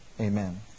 amen